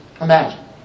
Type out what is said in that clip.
imagine